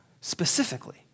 specifically